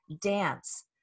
Dance